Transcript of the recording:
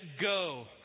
go